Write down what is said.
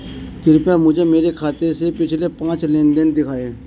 कृपया मुझे मेरे खाते से पिछले पांच लेनदेन दिखाएं